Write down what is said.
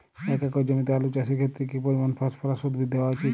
এক একর জমিতে আলু চাষের ক্ষেত্রে কি পরিমাণ ফসফরাস উদ্ভিদ দেওয়া উচিৎ?